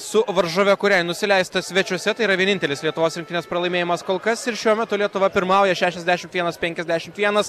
su varžove kuriai nusileista svečiuose tai yra vienintelis lietuvos rinktinės pralaimėjimas kol kas ir šiuo metu lietuva pirmauja šešiasdešimt vienas penkiasdešimt vienas